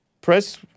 Press